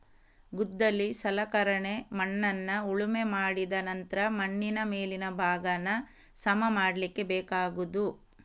ಗುದ್ದಲಿ ಸಲಕರಣೆ ಮಣ್ಣನ್ನ ಉಳುಮೆ ಮಾಡಿದ ನಂತ್ರ ಮಣ್ಣಿನ ಮೇಲಿನ ಭಾಗಾನ ಸಮ ಮಾಡ್ಲಿಕ್ಕೆ ಬೇಕಾಗುದು